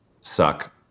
suck